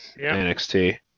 NXT